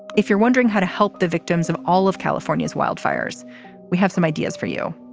if you're wondering how to help the victims of all of california's wildfires we have some ideas for you.